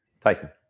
Tyson